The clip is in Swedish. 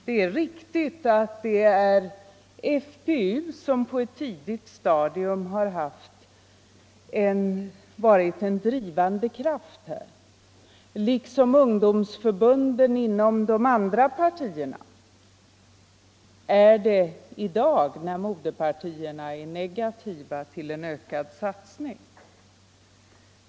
Det är riktigt att det är FPU som på ett tidigt stadium har varit en drivande kraft, liksom ungdomsförbunden inom de andra partierna är det i dag, när moderpartierna är negativa till en ökad satsning.